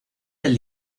del